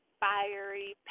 fiery